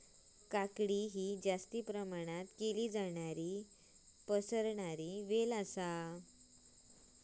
काकडी हयो जास्ती प्रमाणात केलो जाणारो पसरणारो वेल आसा